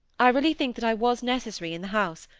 i really think that i was necessary in the house,